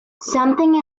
something